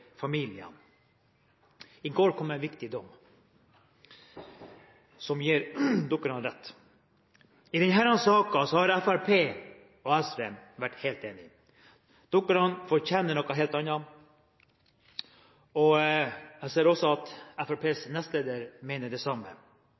familiene. I går kom en viktig dom som gir dykkerne rett. I denne saken har Fremskrittspartiet og SV vært helt enige. Dykkerne fortjener noe helt annet, og jeg ser også at